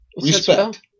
Respect